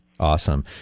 Awesome